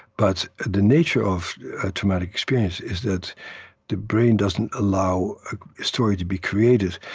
but the nature of a traumatic experience is that the brain doesn't allow a story to be created.